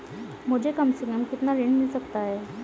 मुझे कम से कम कितना ऋण मिल सकता है?